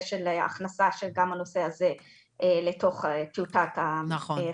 של הכנסה גם של הנושא הזה לתוך טיוטת החקיקה.